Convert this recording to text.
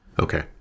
Okay